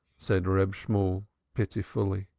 said reb shemuel pitifully.